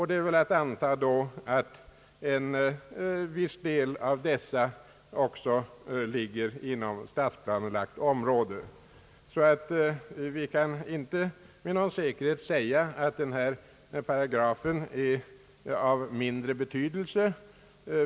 Det är väl då att anta att en viss del av dessa också ligger inom stadsplanelagt område. Vi kan därför inte med någon säkerhet säga att denna paragraf är av mindre betydelse.